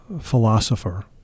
philosopher